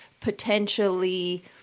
potentially